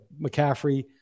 McCaffrey